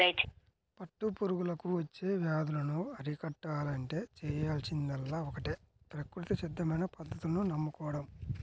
పట్టు పురుగులకు వచ్చే వ్యాధులను అరికట్టాలంటే చేయాల్సిందల్లా ఒక్కటే ప్రకృతి సిద్ధమైన పద్ధతులను నమ్ముకోడం